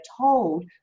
told